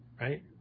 right